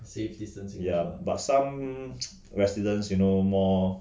ya but some residents you know more